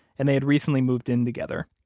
and they had recently moved in together.